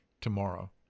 tomorrow